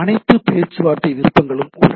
அனைத்து பேச்சுவார்த்தை விருப்பங்களும் உள்ளன